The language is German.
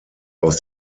aus